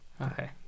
Okay